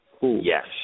Yes